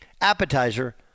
appetizer